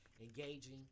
engaging